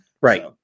Right